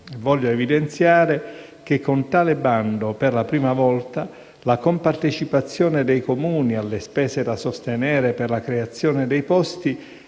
Voglio evidenziare che con tale bando, per la prima volta, la compartecipazione dei Comuni alle spese da sostenere per la creazione dei posti